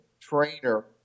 trainer